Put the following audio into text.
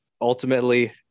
Ultimately